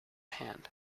hand